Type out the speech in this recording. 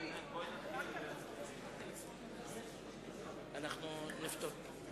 ובכן, רבותי, להלן התוצאות: